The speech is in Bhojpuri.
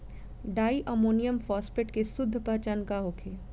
डाई अमोनियम फास्फेट के शुद्ध पहचान का होखे?